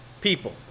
People